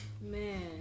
Man